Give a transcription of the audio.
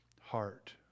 heart